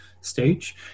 stage